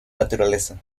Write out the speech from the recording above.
naturaleza